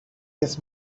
this